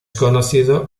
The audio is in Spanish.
conocido